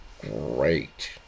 great